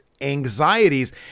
anxieties